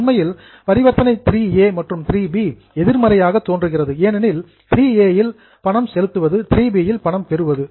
உண்மையில் டிரன்சாக்சன் பரிவர்த்தனை 3a மற்றும் 3b ஆப்போசிட் எதிர்மறையாக தோன்றுகிறது ஏனெனில் 3a என்பது பணம் செலுத்துவது 3b என்பது பணம் பெறுவது